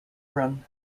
run